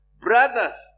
Brothers